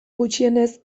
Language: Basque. gutxienez